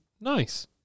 nice